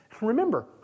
remember